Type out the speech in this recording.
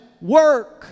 work